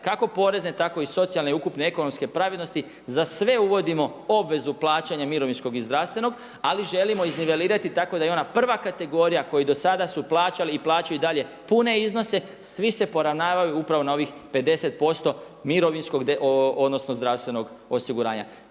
kako porezne, tako i socijalne i ukupne ekonomske pravednosti za sve uvodimo obvezu plaćanja mirovinskog i zdravstvenog. Ali želimo iznivelirati tako da i ona prva kategorija koji do sada su plaćali i plaćaju i dalje pune iznose svi se poravnavaju upravo na ovih 50% mirovinskog, odnosno zdravstvenog osiguranja.